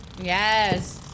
Yes